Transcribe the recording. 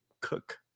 cook